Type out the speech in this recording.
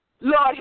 Lord